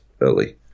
early